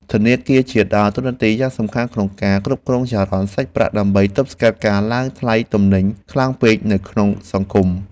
ធនាគារជាតិដើរតួនាទីយ៉ាងសំខាន់ក្នុងការគ្រប់គ្រងចរន្តសាច់ប្រាក់ ដើម្បីទប់ស្កាត់ការឡើងថ្លៃទំនិញខ្លាំងពេកនៅក្នុងសង្គម។